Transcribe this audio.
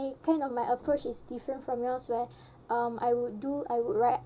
my kind of my approach is different from yours where um I would do I would